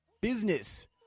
Business